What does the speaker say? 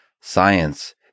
Science